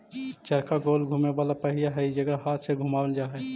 चरखा गोल घुमें वाला पहिया हई जेकरा हाथ से घुमावल जा हई